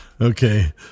Okay